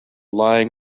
lying